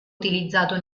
utilizzato